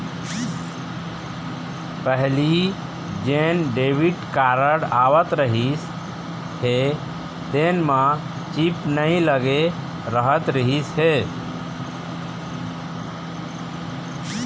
पहिली जेन debit card आवत रहिस हे तेन म चिप नइ लगे रहत रहिस हे